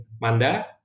Manda